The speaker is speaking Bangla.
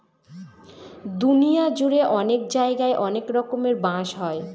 দুনিয়া জুড়ে অনেক জায়গায় অনেক রকমের বাঁশ হয়